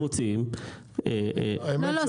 לא, לא.